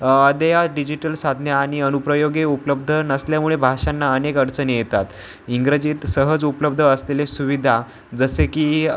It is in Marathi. अदया डिजिटल साधने आणि अनुप्रयोगी उपलब्ध नसल्यामुळे भाषांना अनेक अडचणी येतात इंग्रजीत सहज उपलब्ध असलेले सुविधा जसे की